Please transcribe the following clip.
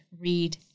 read